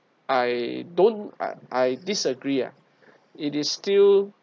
I don't I I disagree ah it is still